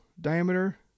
diameter